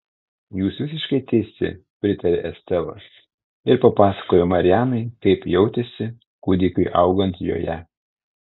jūs visiškai teisi pritarė estela ir papasakojo marianai kaip jautėsi kūdikiui augant joje